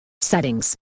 settings